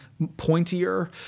pointier